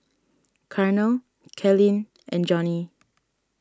Carnell Kalyn and Johnie